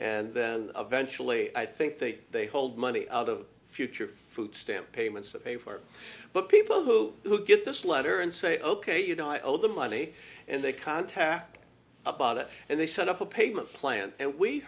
and then eventually i think that they hold money out of future food stamp payments to pay for it but people who who get this letter and say ok you know i owe them money and they contact about it and they set up a payment plan and we